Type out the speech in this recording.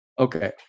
Okay